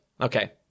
Okay